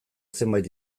zenbait